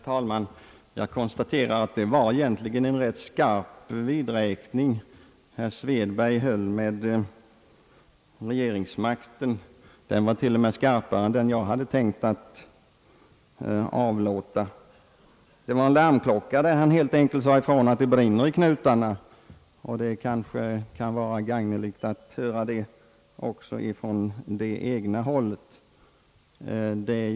Herr talman! Jag konstaterar att det var en rätt skarp vidräkning herr Svedberg höll med regeringsmakten, till och med skarpare än den jag hade tänkt avlåta. Det var en larmklocka. Herr Svedberg sade helt enkelt ut att det brinner i knutarna — och kanske var det gag neligt att regeringspartiet fick höra detta från det egna hållet också.